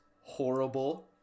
horrible